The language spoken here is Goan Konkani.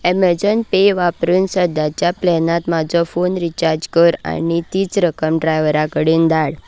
एमॅजॉन पे वापरून सद्याच्या प्लॅनांत म्हजो फोन रिचाज कर आनी तीच रक्कम ड्रायव्हरा कडेन धाड